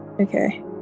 Okay